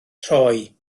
rhoi